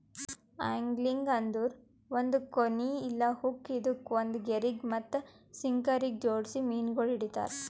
angling ಅಂದುರ್ ಒಂದ್ ಕೋನಿ ಇಲ್ಲಾ ಹುಕ್ ಇದುಕ್ ಒಂದ್ ಗೆರಿಗ್ ಮತ್ತ ಸಿಂಕರಗ್ ಜೋಡಿಸಿ ಮೀನಗೊಳ್ ಹಿಡಿತಾರ್